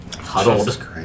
Huddled